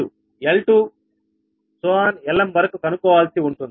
Lm వరకు కొనుక్కోవాల్సి ఉంటుంది